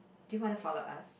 do you want to follow us